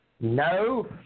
No